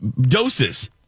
doses